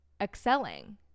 excelling